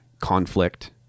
conflict